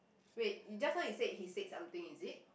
wait you just now you said he said something is it